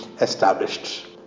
established